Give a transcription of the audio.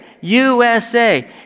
USA